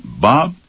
Bob